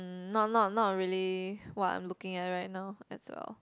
not not not really what I'm looking at right now as well